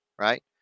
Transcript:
right